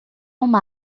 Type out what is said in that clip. uma